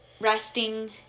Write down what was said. resting